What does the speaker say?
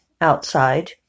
outside